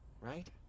right